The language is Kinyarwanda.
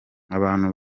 abantu